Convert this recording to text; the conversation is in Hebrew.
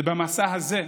במסע הזה משפחות-משפחות,